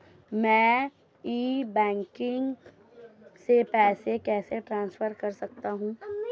मैं e banking से पैसे कैसे ट्रांसफर कर सकता हूं?